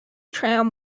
tram